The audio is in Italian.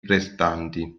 prestanti